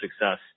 success